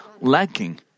lacking